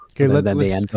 okay